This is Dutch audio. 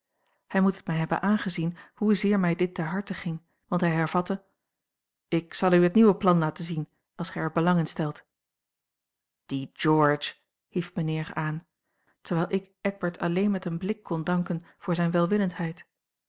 hij moet het mij hebben aangezien hoezeer mij dit ter harte ging want hij hervatte ik zal u het nieuwe plan laten zien als gij er belang in stelt die george hief mijnheer aan terwijl ik eckbert alleen met een blik kon danken voor zijne welwillendheid